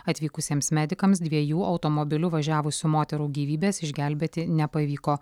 atvykusiems medikams dviejų automobiliu važiavusių moterų gyvybės išgelbėti nepavyko